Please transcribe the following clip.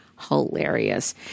hilarious